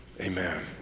amen